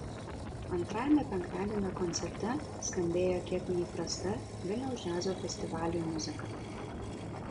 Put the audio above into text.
antrajame penktadienio koncerte skambėjo kiek neįprasta vilniaus džiazo festivaliui muzika